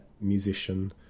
musician